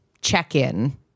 check-in